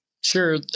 Sure